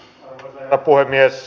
arvoisa puhemies